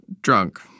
Drunk